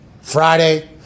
Friday